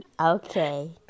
Okay